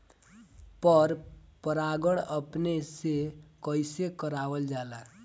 पर परागण अपने से कइसे करावल जाला?